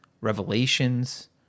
revelations